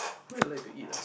what you like to eat ah